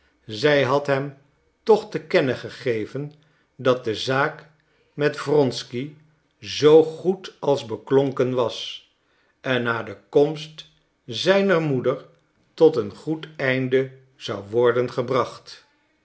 zij had hem toch te kennen gegeven dat de zaak met wronsky zoo goed als beklonken was en na de komst zijner moeder tot een goed einde zou worden gebracht